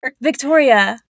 Victoria